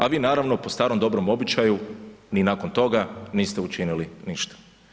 A vi naravno po starom dobrom običaju, ni nakon toga niste učinili ništa.